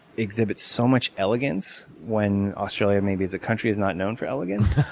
exhibits so much elegance when australia, maybe, as a country, is not known for elegance.